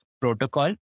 protocol